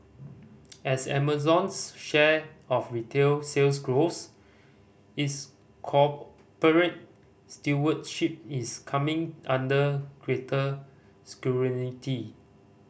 as Amazon's share of retail sales grows its corporate stewardship is coming under greater